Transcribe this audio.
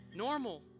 Normal